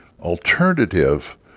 alternative